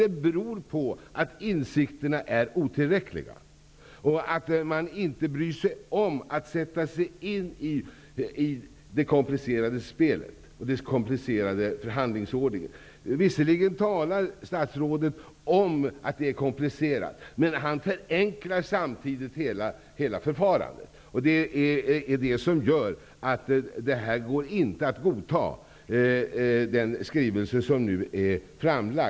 De beror på att insikterna är otillräckliga och att man inte bryr sig om att sätta sig in i den komplicerade förhandlingsordningen. Visserligen talar statsrådet om att det är komplicerat, men samtidigt förenklar han hela förfarandet. Det går därför inte att godta framlagd skrivelse.